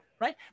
right